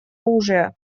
оружия